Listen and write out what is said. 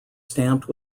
stamped